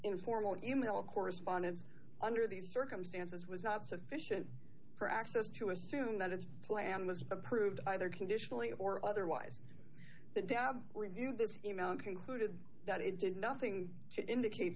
informal e mail correspondence under these circumstances was not sufficient for access to assume that its plan was approved by their conditionally or otherwise that dab reviewed this e mail and concluded that it did nothing to indicate